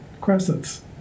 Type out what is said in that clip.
crescents